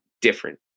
different